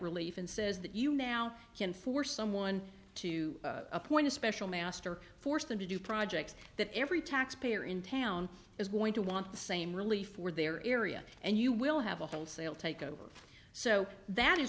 relief and says that you now can force someone to appoint a special master force them to do projects that every taxpayer in town is going to want the same really for their area and you will have a wholesale takeover so that is